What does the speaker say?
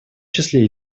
числе